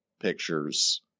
pictures